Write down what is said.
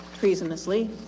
treasonously